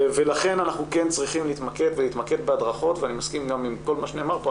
לכן אנחנו כן צריכים להתמקד בהדרכות ואני מסכים גם עם כל מה שנאמר פה,